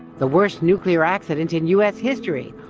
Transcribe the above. the worst nuclear accident in u s. history,